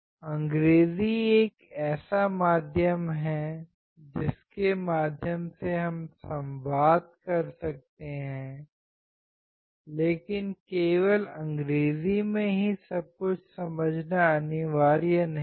अंग्रेजी एक ऐसा माध्यम है जिसके माध्यम से हम संवाद कर सकते हैं लेकिन केवल अंग्रेजी में ही सब कुछ समझना अनिवार्य नहीं है